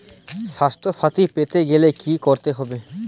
স্বাস্থসাথী পেতে গেলে কি করতে হবে?